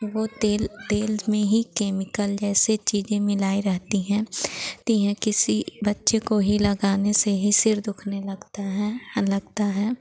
वह तेल तेल में ही केमिकल जैसी चीज़ें मिलाई रहती हैं ती हैं किसी बच्चे को ही लगाने से ही सिर दुखने लगता है लगता है